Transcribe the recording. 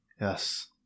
Yes